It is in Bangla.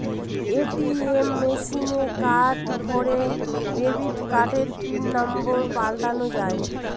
এ.টি.এম মেশিনে কার্ড ভোরে ডেবিট কার্ডের পিন নম্বর পাল্টানো যায়